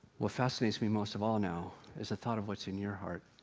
what fascinates me most of all now is the thought of what's in your heart.